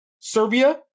Serbia